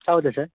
ಹೌದಾ ಸರ್